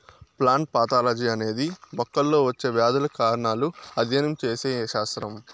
plant pathology అనేది మొక్కల్లో వచ్చే వ్యాధుల కారణాలను అధ్యయనం చేసే శాస్త్రం